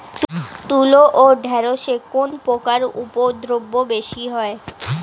তুলো ও ঢেঁড়সে কোন পোকার উপদ্রব বেশি হয়?